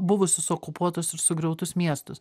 buvusius okupuotus ir sugriautus miestus